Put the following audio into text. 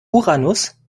uranus